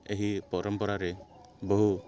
ଏହି ପରମ୍ପରାରେ ବହୁ